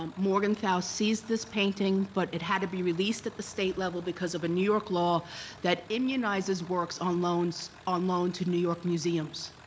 um morgenthau sees this painting, but it had to be released at the state level because of a new york law that immunizes works on loan so on loan to new york museums.